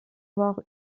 voir